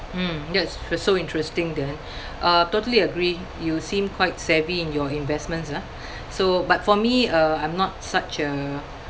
mm that's so interesting dan uh totally agree you seem quite savvy in your investments ah so but for me uh I'm not such a